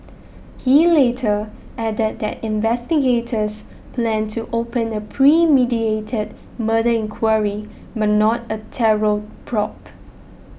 he later added that investigators planned to open a premeditated murder inquiry but not a terror probe